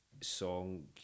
song